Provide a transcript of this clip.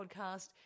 podcast